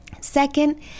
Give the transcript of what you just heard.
Second